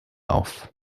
auf